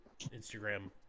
Instagram